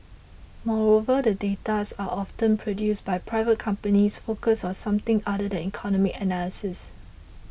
moreover the data sets are often produced by private companies focused on something other than economic analysis